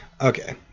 okay